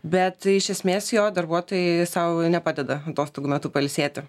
bet iš esmės jo darbuotojai sau nepadeda atostogų metu pailsėti